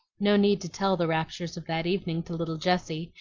no need to tell the raptures of that evening to little jessie,